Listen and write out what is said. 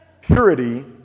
purity